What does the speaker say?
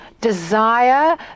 desire